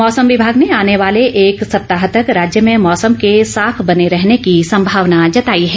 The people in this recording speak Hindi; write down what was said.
मौसम विमाग ने आने वाले एक सप्ताह तक राज्य में मौसम के साफ बने रहने की संभावना जताई है